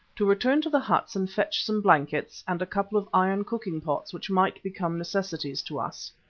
to return to the huts and fetch some blankets and a couple of iron cooking-pots which might become necessities to us.